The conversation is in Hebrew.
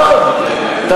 אנחנו והמשולש, מה דעתך?